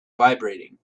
vibrating